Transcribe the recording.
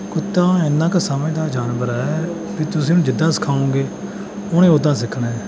ਕੁੱਤਾ ਐਨਾ ਕੁ ਸਮਝਦਾਰ ਜਾਨਵਰ ਹੈ ਵੀ ਤੁਸੀਂ ਉਹਨੂੰ ਜਿੱਦਾਂ ਸਿਖਾਉਂਗੇ ਉਹਨੇ ਉੱਦਾਂ ਸਿੱਖਣਾ